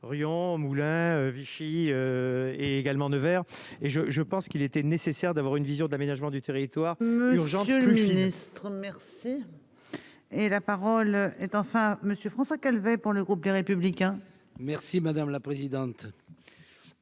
ryan Moulins, Vichy et également Nevers et je je pense qu'il était nécessaire d'avoir une vision de l'aménagement du territoire. Urgent le Ministre merci et la parole est enfin Monsieur François qu'elle veut pour le groupe des Républicains. Merci madame la présidente,